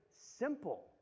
simple